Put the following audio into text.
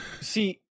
See